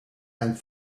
and